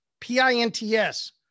P-I-N-T-S